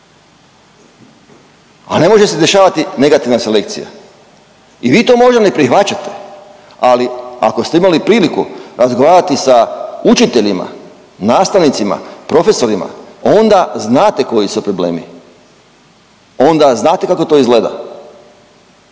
a ne može se dešavati negativna selekcija. I vi to možda ne prihvaćate, ali ako ste imali priliku razgovarati sa učiteljima, nastavnicima, profesorima onda znate koji su problemi, onda znate kako to izgleda.